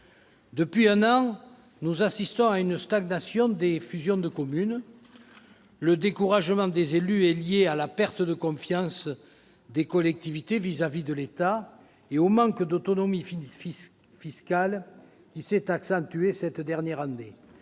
Depuis un an, nous assistons à une stagnation des fusions de communes. Le découragement des élus est lié à la perte de confiance des collectivités territoriales à l'égard de l'État et au manque d'autonomie fiscale, qui s'est accentué cette dernière année.